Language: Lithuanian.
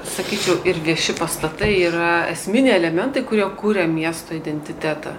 sakyčiau ir vieši pastatai yra esminiai elementai kurie kuria miesto identitetą